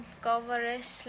coverage